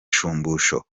shumbusho